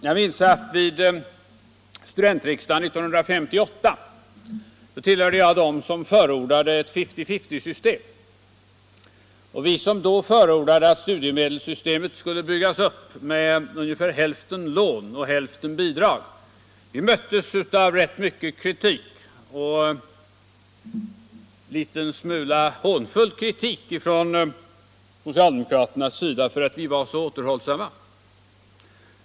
Jag minns att vid studentriksdagen 1958 tillhörde jag dem som förordade ett fifty-fifty-system, och vi som då förordade att studiemedelssystemet skulle byggas upp med ungefär hälften lån och hälften bidrag möttes av rätt mycket kritik — och en smula hånfull kritik — från socialdemokraterna för att vi var så återhållsamma.